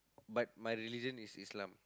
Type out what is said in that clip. but my religion is Islam